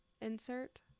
Insert